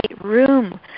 room